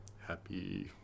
happy